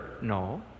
No